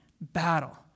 battle